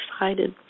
excited